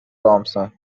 thompson